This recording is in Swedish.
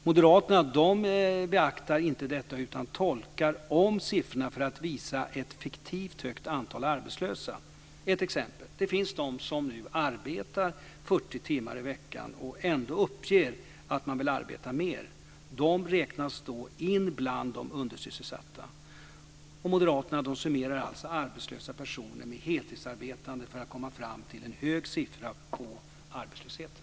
Moderaterna beaktar inte det utan omtolkar siffrorna för att visa ett fiktivt högt antal arbetslösa. Jag ska nämna ett exempel. Det finns de som nu arbetar 40 timmar i veckan och ändå uppger att de vill arbeta mer. De räknas då in bland de undersysselsatta. Moderaterna lägger ihop arbetslösa personer med heltidsarbetande för att komma fram till en hög siffra för arbetslösheten.